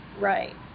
Right